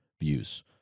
views